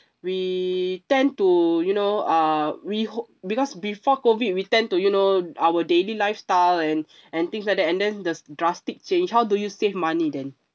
we tend to you know uh we hope because before COVID we tend to you know our daily lifestyle and and things like that and then the drastic change how do you save money then